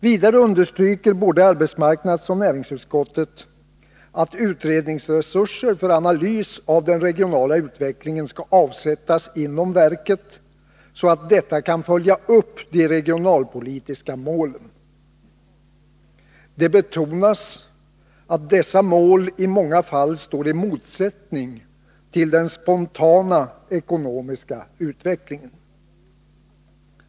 Vidare understryker både arbetsmarknadsoch näringsutskottet att utredningsresurser för analys av den regionala utvecklingen skall avsättas inom verket, så att detta kan följa upp de regionalpolitiska målen. Det betonas att dessa mål i många fall står i motsättning till den spontana ekonomiska utvecklingen.